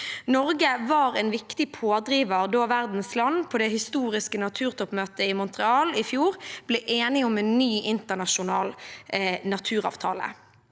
Norge var en viktig pådriver da verdens land på det historiske naturtoppmøtet i Montreal i fjor ble enige om en ny internasjonal naturavtale.